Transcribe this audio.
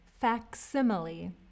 Facsimile